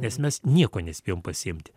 nes mes nieko nespėjom pasiimti